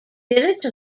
village